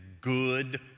good